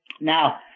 Now